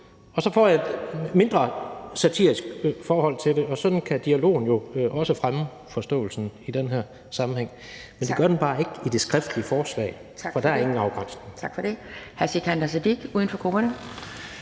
og så får jeg et mindre satirisk forhold til det, og sådan kan dialogen jo også fremme forståelsen i den her sammenhæng. Men det gør den bare ikke i det skriftlige forslag, for der er ingen afgrænsning. Kl.